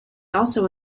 also